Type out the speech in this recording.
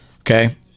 okay